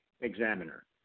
examiner